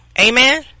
Amen